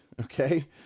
Okay